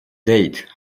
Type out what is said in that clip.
date